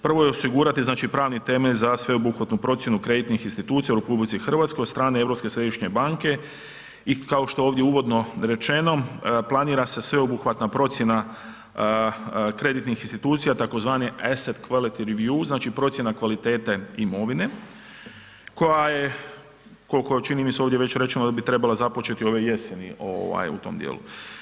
Prvo je osigurati, znači pravni temelj za sveobuhvatnu procjenu kreditnih institucija u RH od strane Europske središnje banke i kao što je ovdje uvodno rečeno, planira se sveobuhvatna procjena kreditnih institucija tzv. … [[Govornik se ne razumije]] znači procjena kvalitete imovine koja je kolko čini mi se ovdje već rečeno da bi trebala započeti ove jeseni u tom dijelu.